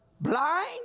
blind